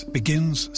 begins